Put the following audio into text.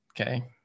Okay